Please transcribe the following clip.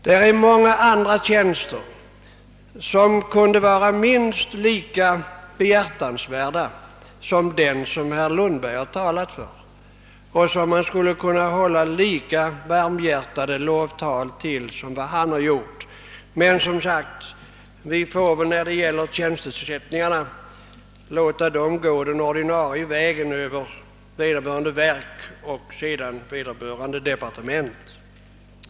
Det finns många andra tjänster som är minst lika behjärtansvärda som den herr Lundberg talat för och som man skulle kunna hålla lika varmhjärtade lovtal över som han gjorde. Men vi får väl låta tjänstetillsättningarna gå den: ordinarie vägen över vederbörande verk och departement. Herr talman!